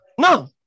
No